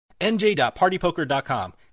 NJ.PartyPoker.com